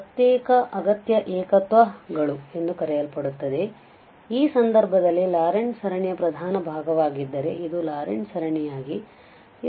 ಪ್ರತ್ಯೇಕ ಅಗತ್ಯ ಏಕತ್ವಗಳು ಎಂದು ಕರೆಯಲ್ಪಡುತ್ತದೆ ಆದ್ದರಿಂದ ಈ ಸಂದರ್ಭದಲ್ಲಿ ಲಾರೆಂಟ್ ಸರಣಿಯ ಪ್ರಧಾನ ಭಾಗವಾಗಿದ್ದರೆ ಇದು ಲಾರೆಂಟ್ ಸರಣಿಯಾಗಿದೆ